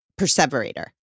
perseverator